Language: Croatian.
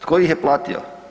Tko ih je plati?